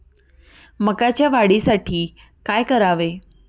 मकाच्या वाढीसाठी काय करावे?